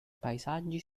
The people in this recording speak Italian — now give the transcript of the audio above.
paesaggi